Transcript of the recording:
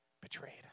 betrayed